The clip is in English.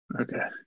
Okay